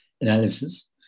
analysis